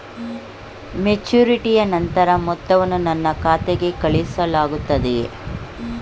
ಮೆಚುರಿಟಿಯ ನಂತರ ಮೊತ್ತವನ್ನು ನನ್ನ ಖಾತೆಗೆ ಕಳುಹಿಸಲಾಗುತ್ತದೆಯೇ?